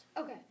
Okay